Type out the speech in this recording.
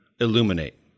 illuminate